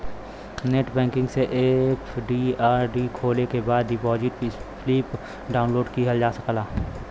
net banking से FD RD खोले के बाद डिपाजिट स्लिप डाउनलोड किहल जा सकला